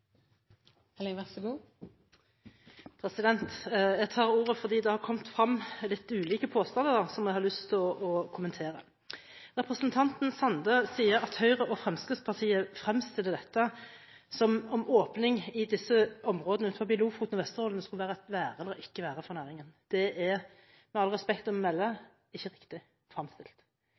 har kommet frem litt ulike påstander som jeg har lyst til å kommentere. Representanten Sande sier at Høyre og Fremskrittspartiet fremstiller dette som om åpning i disse områdene utenfor Lofoten og Vesterålen skulle være et være eller ikke være for næringen. Det er med respekt å melde ikke riktig